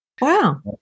wow